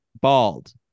bald